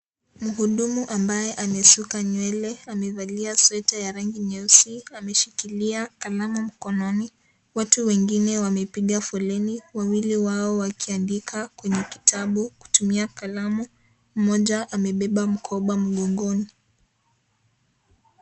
Mhudumu ambaye amesuka nywele, amevalia Sweta ya rangi nyeusi, ameshikilia kalamu mkononi, watu wengine wamepiga foleni wawili wao wanaandika kwenye kitabu kutumia kalamu. Mmoja amebeba mkona mgongoni.